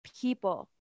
people